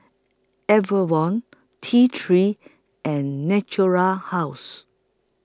Enervon T three and Natura House